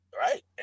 Right